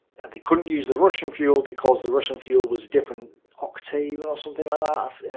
and they couldn't use the russian fuel, because the russian fuel was different octane, but or something like ah